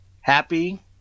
happy